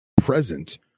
present